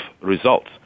results